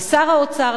לשר האוצר,